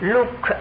Look